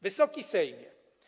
Wysoki Sejmie!